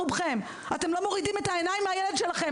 אתם לא מורידים את העיניים מהילד שלכם.